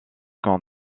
quant